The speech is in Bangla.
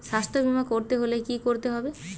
স্বাস্থ্যবীমা করতে হলে কি করতে হবে?